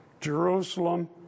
Jerusalem